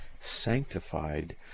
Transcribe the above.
sanctified